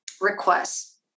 requests